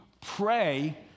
pray